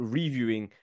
reviewing